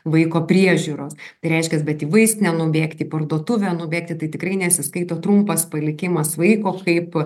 vaiko priežiūros tai reiškias bet į vaistinę nubėgti į parduotuvę nubėgti tai tikrai nesiskaito trumpas palikimas vaiko kaip